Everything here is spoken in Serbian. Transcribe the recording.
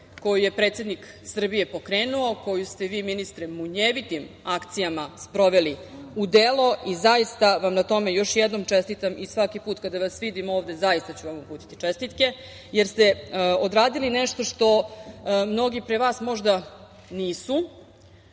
koju je predsednik Srbije pokrenuo, koji ste vi, ministre, munjevitim akcijama sproveli u delo i zaista vam na tome još jednom čestitam i svaki put kada vas vidim ovde zaista ću vam uputiti čestitke, jer ste odradili nešto što mnogi pre vas možda nisu. Kao